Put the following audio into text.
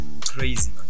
crazy